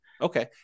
Okay